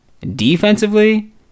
Defensively